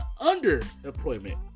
underemployment